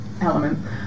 Elements